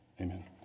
Amen